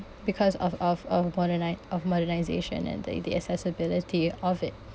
because of of of moderni~ modernisation and the the accessibility of it